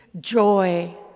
joy